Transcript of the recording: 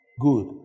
good